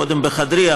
קודם בחדרי,